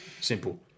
Simple